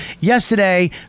Yesterday